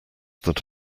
that